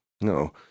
No